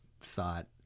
thought